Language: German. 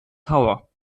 tower